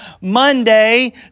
Monday